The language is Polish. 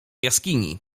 jaskini